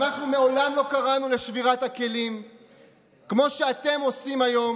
אנחנו מעולם לא קראנו לשבירת הכלים כמו שאתם עושים היום.